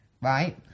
Right